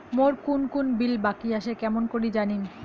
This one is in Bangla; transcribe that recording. মোর কুন কুন বিল বাকি আসে কেমন করি জানিম?